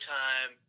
time